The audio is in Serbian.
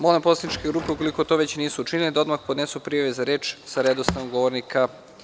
Molim poslaničke grupe, ukoliko to već nisu učinile, da odmah podnesu prijave za reč, sa redosledom govornika.